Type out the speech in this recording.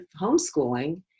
homeschooling